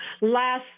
Last